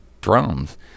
drums